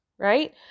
right